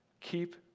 Keep